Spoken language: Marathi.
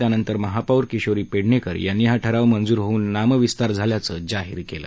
त्यानंतर महापौर किशोरी पेडणेकर यांनी हा ठराव मंजूर होऊन नामविस्तार झाल्याचं जाहीर केलं